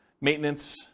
maintenance